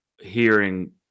hearing